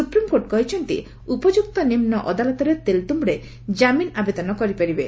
supreme court କହିଛନ୍ତି ଉପଯୁକ୍ତ ନିମ୍ବ ଅଦାଲତରେ ତେଲ୍ତ୍ୟୁଡେ କାମିନ୍ ଆବେଦନ କରିପାରିବେ